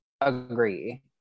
Agree